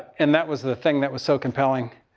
and that was the thing that was so compelling,